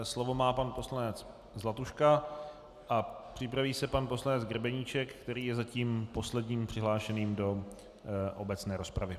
Slovo má pan poslanec Zlatuška a připraví se pan poslanec Grebeníček, který je zatím posledním přihlášeným do obecné rozpravy.